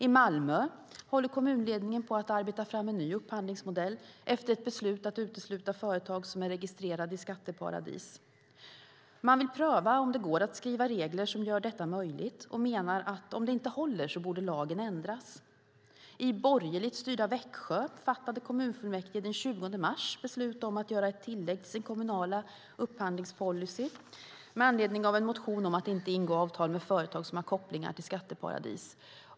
I Malmö håller kommunledningen på att arbeta fram en ny upphandlingsmodell efter ett beslut att utesluta företag som är registrerade i skatteparadis. Man vill pröva om det går att skriva regler som gör detta möjligt och menar att om det inte håller borde lagen ändras. I borgerligt styrda Växjö fattade kommunfullmäktige den 20 mars beslut om att göra ett tillägg till sin kommunala upphandlingspolicy med anledning av en motion om att inte ingå avtal med företag som har kopplingar till skatteparadis.